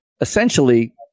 essentially